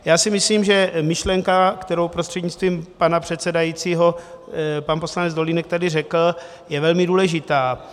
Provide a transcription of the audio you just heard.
Já si myslím, že myšlenka, kterou prostřednictvím pana předsedajícího pan poslanec Dolínek tady řekl, je velmi důležitá.